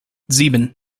sieben